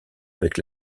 avec